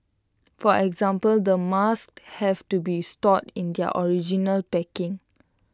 for example the masks have to be stored in their original packaging